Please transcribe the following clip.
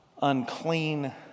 unclean